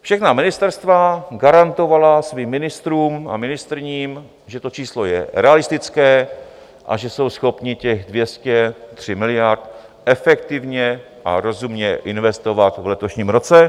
Všechna ministerstva garantovala svým ministrům a ministryním, že to číslo je realistické a že jsou schopni těch 203 miliard efektivně a rozumně investovat v letošním roce.